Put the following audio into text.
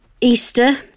Easter